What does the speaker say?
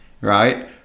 right